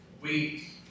weak